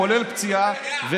כולל פציעה,